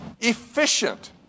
efficient